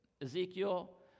Ezekiel